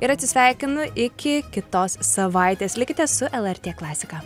ir atsisveikinu iki kitos savaitės likite su lrt klasika